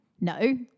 no